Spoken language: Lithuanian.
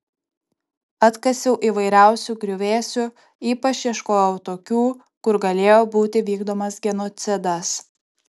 atkasiau įvairiausių griuvėsių ypač ieškojau tokių kur galėjo būti vykdomas genocidas